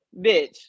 bitch